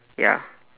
ya